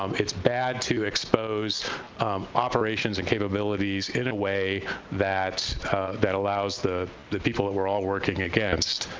um it's bad to expose operations and capabilities in a way that that allows the the people that we're all working against,